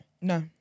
No